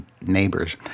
neighbors